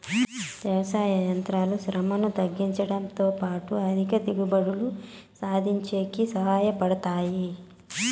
వ్యవసాయ యంత్రాలు శ్రమను తగ్గించుడంతో పాటు అధిక దిగుబడులు సాధించేకి సహాయ పడతాయి